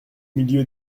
milieu